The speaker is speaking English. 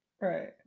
Right